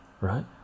right